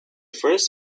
first